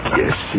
yes